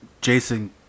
Jason